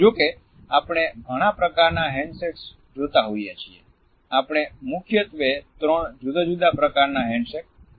જો કે આપણે ઘણા પ્રકારનાં હેન્ડશેક્સ જોતાં હોઈએ છીએ આપણે મુખ્યત્વે ત્રણ જુદા જુદા પ્રકારનાં હેન્ડશેક જોશું